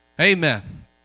Amen